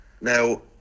Now